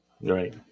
Right